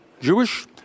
Jewish